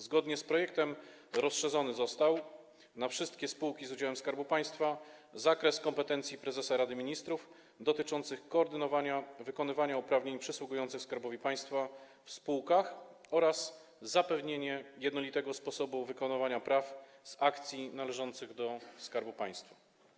Zgodnie z projektem rozszerzony został na wszystkie spółki z udziałem Skarbu Państwa zakres kompetencji prezesa Rady Ministrów dotyczących koordynowania wykonywania uprawnień przysługujących Skarbowi Państwa w spółkach oraz zapewnienia jednolitego sposobu wykonywania praw z akcji należących do Skarbu Państwa.